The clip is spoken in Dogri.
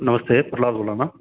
नमस्ते प्रलाह्द बोल्लै नां